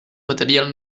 material